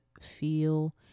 feel